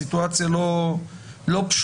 סיטואציה לא פשוטה.